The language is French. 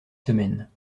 semaines